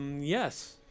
Yes